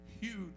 huge